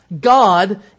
God